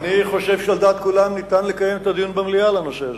אני חושב שעל דעת כולם ניתן לקיים במליאה את הדיון על הנושא הזה.